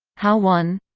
how one?